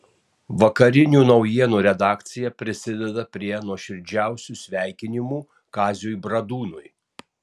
vakarinių naujienų redakcija prisideda prie nuoširdžiausių sveikinimų kaziui bradūnui